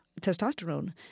testosterone